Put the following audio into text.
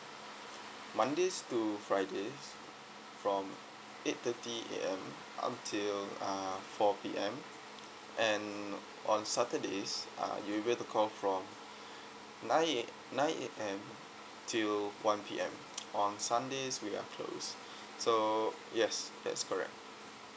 mondays to fridays from eight thirty A_M up till uh four P_M and on saturdays uh you able to call from nine A nine A_M till one P_M on sundays we are closed so yes that's correct